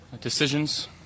decisions